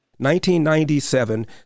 1997